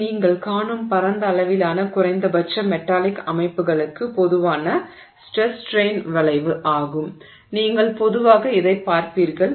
இது நீங்கள் காணும் பரந்த அளவிலான குறைந்தபட்ச மெட்டாலிக் அமைப்புகளுக்கு பொதுவான ஸ்ட்ரெஸ் ஸ்ட்ரெய்ன் வளைவு ஆகும் நீங்கள் பொதுவாக இதைப் பார்ப்பீர்கள்